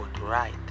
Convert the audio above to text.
right